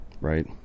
right